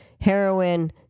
heroin